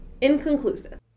inconclusive